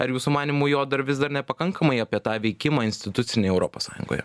ar jūsų manymu jo dar vis dar nepakankamai apie tą veikimą institucinėje europos sąjungoje